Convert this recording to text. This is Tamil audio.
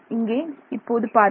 இங்கே இப்போது பாருங்கள்